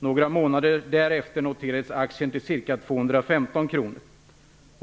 Några månader därefter noterades aktien till ca 215 kr.